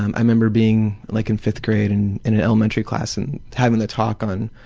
i remember being like in fifth grade and in elementary class and having to talk on,